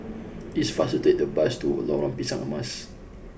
it is faster to take the bus to Lorong Pisang Emas